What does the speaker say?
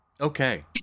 Okay